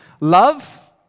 Love